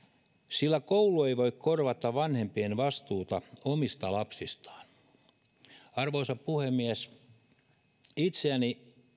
sillä koulu ei voi korvata vanhempien vastuuta omista lapsistaan arvoisa puhemies itseäni